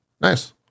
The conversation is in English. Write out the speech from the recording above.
Nice